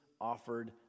offered